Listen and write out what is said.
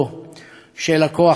של הכוח ההתקפי שלנו.